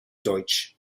deutsch